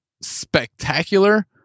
spectacular